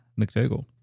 McDougall